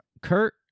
Kurt